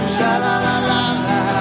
Sha-la-la-la-la